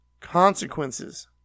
consequences